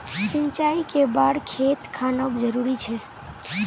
सिंचाई कै बार खेत खानोक जरुरी छै?